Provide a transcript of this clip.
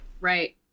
right